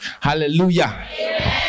Hallelujah